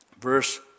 verse